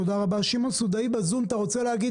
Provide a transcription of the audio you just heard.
שמעון סודאי בזום, תרצה להגיד